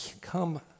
come